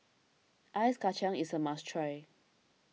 Ice Kachang is a must try